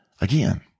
Again